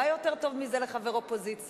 מה יותר טוב מזה לחבר אופוזיציה?